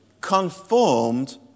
conformed